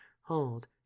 hold